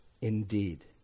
Indeed